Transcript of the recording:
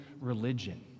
religion